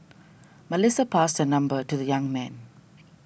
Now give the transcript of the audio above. Melissa passed her number to the young man